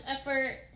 effort